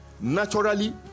Naturally